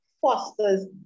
fosters